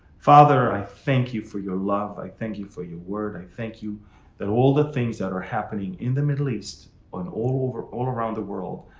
father, i thank you for your love. i thank you for your word. i thank you that all the things that are happening in the middle east, on all over, all around the world,